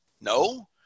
No